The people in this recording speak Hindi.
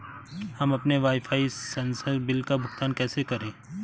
हम अपने वाईफाई संसर्ग बिल का भुगतान कैसे करें?